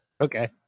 Okay